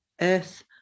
earth